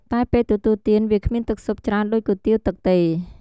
តែពេលទទួលទាន វាគ្មានទឹកស៊ុបច្រើនដូចគុយទាវទឹកទេ។